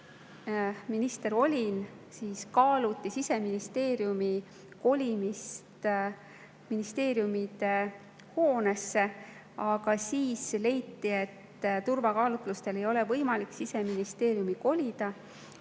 minister olin – kaaluti Siseministeeriumi kolimist ministeeriumide hoonesse, aga siis leiti, et turvakaalutlustel ei ole võimalik Siseministeeriumi sinna